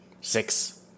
Six